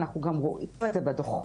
אנחנו גם רואים את זה בדוחות.